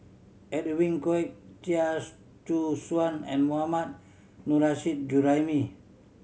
Edwin Koek Chia Choo Suan and Mohammad Juraimi